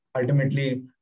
ultimately